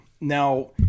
Now